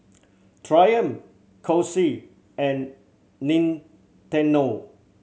Triumph Kose and Nintendo